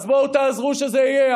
אז בואו תעזרו שזה יהיה.